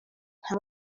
nta